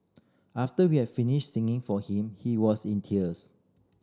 after we have finished singing for him he was in tears